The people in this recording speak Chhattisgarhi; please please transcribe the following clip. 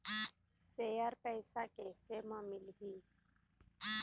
शेयर पैसा कैसे म मिलही?